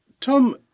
Tom